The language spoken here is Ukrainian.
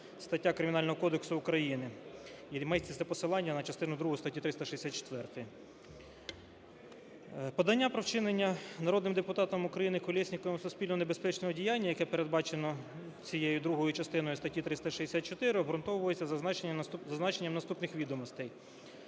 стаття Кримінального кодексу України і міститься посилання на частину другу статті 364-ї. Подання про вчинення народним депутатом України Колєсніковим суспільно небезпечного діяння, яке передбачено цією другою частиною статті 364, обґрунтовується з зазначенням наступних відомостей.